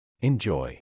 Enjoy